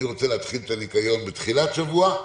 אני רוצה להתחיל את הניקיון בתחילת השבוע,